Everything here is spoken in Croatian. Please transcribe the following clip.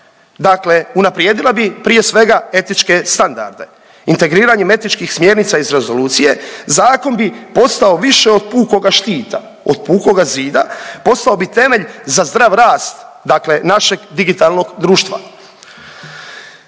Dakle unaprijedila bi, prije svega, etičke standarde. Integriranjem etičkih smjernica iz rezolucije zakon bi postavio više od pukoga štita, od pukoga zida postao bi temelj za zdrav rast, dakle našeg digitalnog društva,